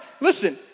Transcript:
listen